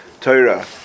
Torah